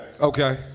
Okay